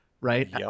right